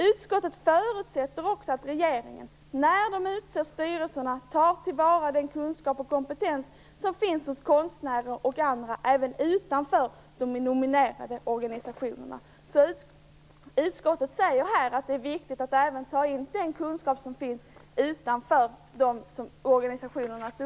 Utskottet förutsätter också att regeringen, när den utser styrelserna, tar till vara den kunskap och kompetens som finns hos konstnärer och andra även utanför de nominerande organisationerna." Utskottet säger här att det är viktigt att man även tar in den kunskap som finns utanför de organisationerna.